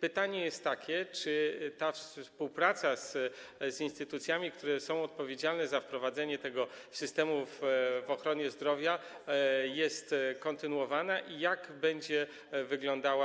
Pytanie jest takie: Czy ta współpraca z instytucjami, które są odpowiedzialne za wprowadzenie tego systemu w ochronie zdrowia, jest kontynuowana i jak będzie wyglądało